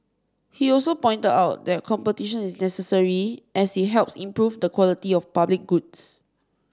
he also pointed out that competition is necessary as it helps improve the quality of public goods